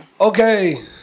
Okay